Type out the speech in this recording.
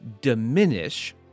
diminish